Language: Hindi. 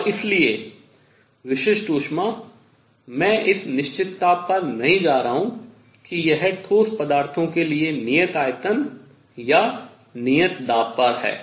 और इसलिए विशिष्ट ऊष्मा मैं इस निश्चितता पर नहीं जा रहा हूँ कि यह ठोस पदार्थों के लिए नियत आयतन या नियत दाब पर है